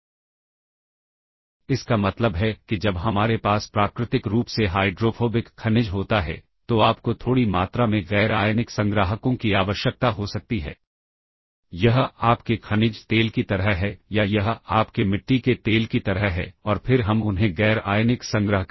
इसलिए उदाहरण के लिए कॉलिंग प्रोग्राम को कॉल करके यदि इसे पास करना है और 8 बिट मान है तो हो सकता है कि यह मान को B रजिस्टर में सहेजे और फिर सबरूटीन को कॉल करे